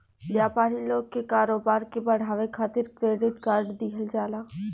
व्यापारी लोग के कारोबार के बढ़ावे खातिर क्रेडिट कार्ड दिहल जाला